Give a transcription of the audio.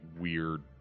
weird